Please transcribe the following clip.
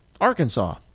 Arkansas